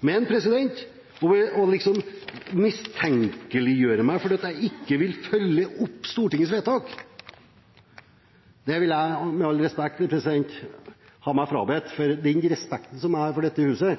Men det å bli, liksom, mistenkeliggjort fordi jeg ikke vil følge opp Stortingets vedtak, vil jeg – med all respekt – ha meg frabedt, for den respekten jeg har for dette huset,